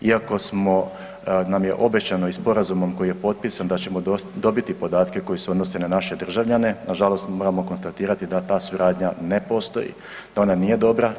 Iako nam je obećano i sporazumom koji je potpisan da ćemo dobiti podatke koji se odnose na naše državljane, na žalost moramo konstatirati da ta suradnja ne postoji, da ona nije dobra.